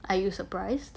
are you surprised